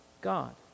God